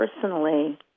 personally